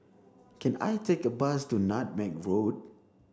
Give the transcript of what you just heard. can I take a bus to Nutmeg Road